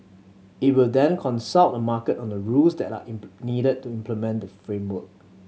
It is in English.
it will then consult the market on the rules that are needed to implement the framework